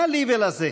מה לי ולזה?